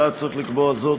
עלה הצורך לקבוע זאת,